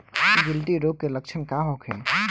गिल्टी रोग के लक्षण का होखे?